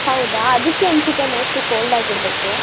ಹೌದಾ ಅದಕ್ಕೆ ಅನಿಸುತ್ತೆ ಮೋಶ್ಟ್ಲಿ ಕೋಲ್ಡ್ ಆಗಿರಬೇಕು